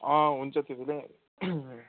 अँ हुन्छ त्यो पनि